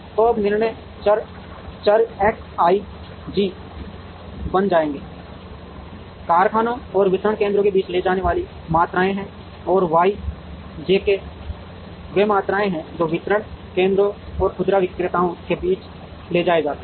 तो अब निर्णय चर एक्स आईजी बन जाएंगे कारखानों और वितरण केंद्रों के बीच ले जाने वाली मात्राएं हैं और वाई जेके वे मात्राएं हैं जो वितरण केंद्रों और खुदरा विक्रेताओं के बीच ले जाए जाते हैं